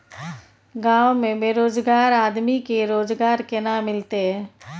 गांव में बेरोजगार आदमी के रोजगार केना मिलते?